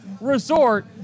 Resort